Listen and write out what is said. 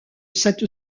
cette